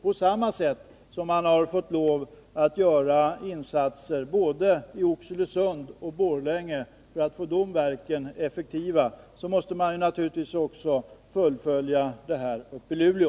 På samma sätt som man har fått lov att göra insatser både i Oxelösund och i Borlänge för att få de verken effektiva måste man naturligtvis fullfölja insatserna också uppe i Luleå.